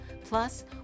Plus